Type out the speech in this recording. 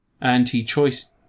anti-choice